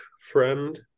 friend